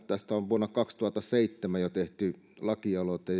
tästä on jo vuonna kaksituhattaseitsemän tehty lakialoite